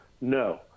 No